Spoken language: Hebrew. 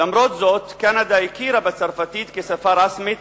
למרות זאת, קנדה הכירה בצרפתית כשפה רשמית